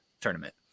tournament